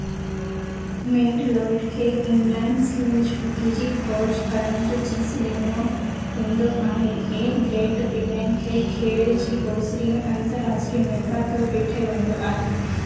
mat Lloyd खे inline sledge hockey जी खोज करण जो जस डि॒नो वेंदो आहे ऐं ग्रेट ब्रिटेन खे खेडु॒ जी ओसरि में अंतर्राष्ट्रीय नेता तौरु डि॒ठो वेंदो आहे